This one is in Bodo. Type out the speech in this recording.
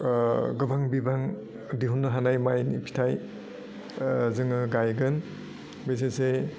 गोबां बिबां दिहुननो हानाय मायनि फिथाइ जोङो गायगोन बिसेसै